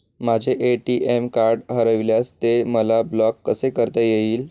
माझे ATM card हरविल्यास ते मला ब्लॉक कसे करता येईल?